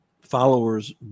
followers